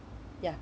ya